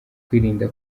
kwirinda